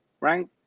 right